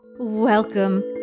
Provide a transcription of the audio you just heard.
Welcome